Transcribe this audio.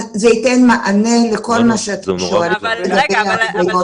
זה ייתן מענה לכל מה שאתם שואלים לגבי ההתוויות.